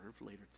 later